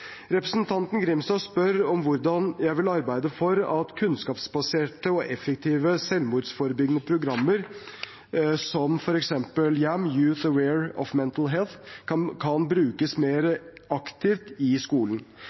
Representanten Grimstad spør om hvordan jeg vil arbeide for at kunnskapsbaserte og effektive selvmordsforebyggende programmer som f.eks. YAM, Youth Aware of Mental Health, kan brukes mer aktivt i skolen.